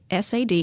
SAD